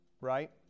right